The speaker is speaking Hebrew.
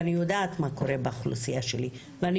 ואני יודעת מה קורה באוכלוסייה שלי ואני